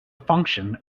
function